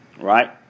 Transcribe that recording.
right